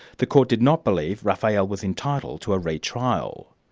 the court did not believe rafael was entitled to a re-trial.